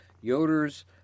Yoder's